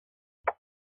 roedd